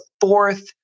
fourth